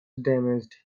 damaged